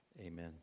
Amen